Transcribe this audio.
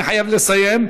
אני חייב לסיים.